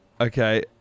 Okay